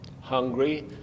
hungry